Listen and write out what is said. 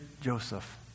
Joseph